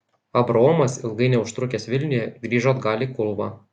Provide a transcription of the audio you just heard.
abraomas ilgai neužtrukęs vilniuje grįžo atgal į kulvą